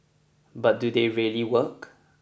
but do they really work